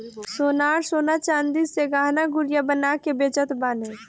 सोनार सोना चांदी से गहना गुरिया बना के बेचत बाने